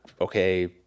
okay